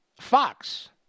Fox